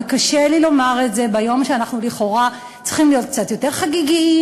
וקשה לי לומר את זה ביום שאנחנו לכאורה צריכים להיות קצת יותר חגיגיים,